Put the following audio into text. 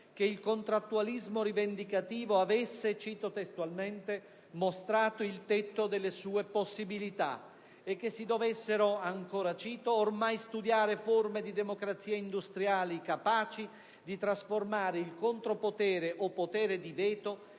che il contrattualismo rivendicativo avesse (cito testualmente) "mostrato il tetto delle sue possibilità" e che si dovessero "ormai studiare forme di democrazia industriale capaci di trasformare il contropotere o potere di veto,